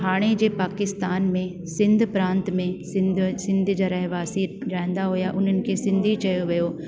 हाणे जे पाकिस्तान में सिंध प्रांत में सिंध सिंध जा रहिवासी रहंदा हुआ उन्हनि खे सिंधी चयो वियो